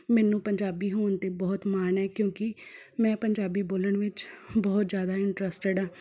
ਮੈਨੂੰ ਪੰਜਾਬੀ ਹੋਣ 'ਤੇ ਬਹੁਤ ਮਾਣ ਹੈ ਕਿਉਂਕਿ ਮੈਂ ਪੰਜਾਬੀ ਬੋਲਣ ਵਿੱਚ ਬਹੁਤ ਜ਼ਿਆਦਾ ਇੰਟਰਸਟਡ ਹਾਂ